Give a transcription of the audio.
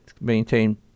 maintain